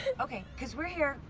okay, cause we're here,